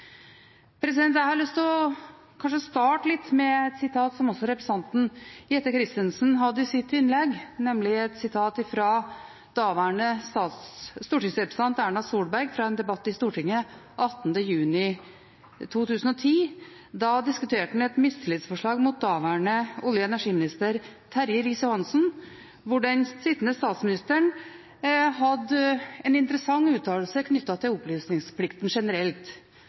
Jeg har lyst til kanskje å starte litt med et sitat som også representanten Jette F. Christensen hadde i sitt innlegg, nemlig et sitat fra daværende stortingsrepresentant Erna Solberg fra en debatt i Stortinget den 18. juni 2010. Da diskuterte en et mistillitsforslag mot daværende olje- og energiminister Terje Riis-Johansen, hvor den nå sittende statsministeren hadde en interessant uttalelse knyttet til opplysningsplikten generelt.